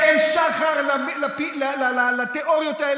ואתה קורא,